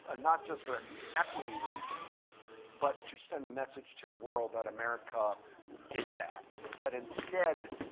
ah not just for equity reasons but to send a message to the world that america did that. but instead,